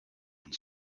and